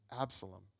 Absalom